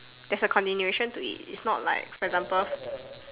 there's a continuation to it it's not like for example